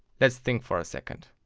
let's think for a second.